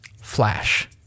flash